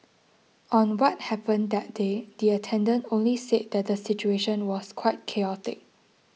on what happened that day the attendant only said that the situation was quite chaotic